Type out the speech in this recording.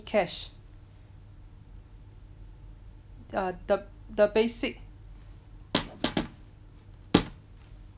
cash uh the the basic